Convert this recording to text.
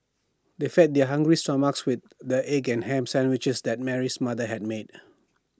they fed their hungry stomachs with the egg and Ham Sandwiches that Mary's mother had made